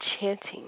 chanting